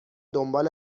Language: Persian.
دنبال